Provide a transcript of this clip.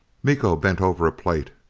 miko bent over a plate.